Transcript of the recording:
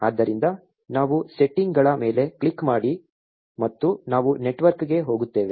ಆದ್ದರಿಂದ ನಾವು ಸೆಟ್ಟಿಂಗ್ಗಳ ಮೇಲೆ ಕ್ಲಿಕ್ ಮಾಡಿ ಮತ್ತು ನಾವು ನೆಟ್ವರ್ಕ್ಗೆ ಹೋಗುತ್ತೇವೆ